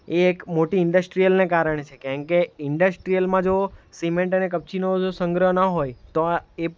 એ એક મોટી ઇન્ડસ્ટ્રિયલને કારણે છે કારણ કે ઇન્ડસ્ટ્રિયલમાં જો સિમેન્ટ અને કપચીનો સંગ્રહ ન હોય તો એ